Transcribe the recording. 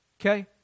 Okay